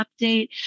update